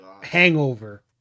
hangover